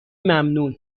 ممنون